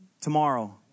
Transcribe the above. tomorrow